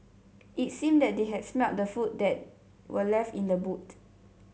it seemed that they had smelt the food that were left in the boot